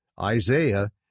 Isaiah